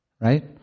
Right